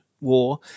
war